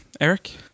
Eric